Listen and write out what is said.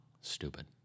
stupid